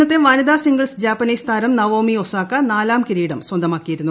ഇന്നലെ വനിത സിംഗിൾസിൽ ജാപ്പനീസ് താരം നവോമി ഒസാക നാലാം കിരീടം സ്വന്തമാക്കിയിരുന്നു